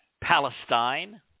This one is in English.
Palestine